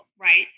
right